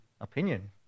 opinion